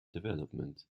development